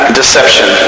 deception